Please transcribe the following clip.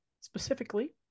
specifically